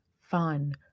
fun